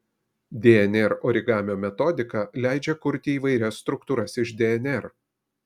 dnr origamio metodika leidžia kurti įvairias struktūras iš dnr